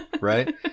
Right